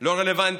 לא רלוונטי,